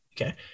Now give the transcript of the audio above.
Okay